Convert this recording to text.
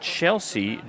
Chelsea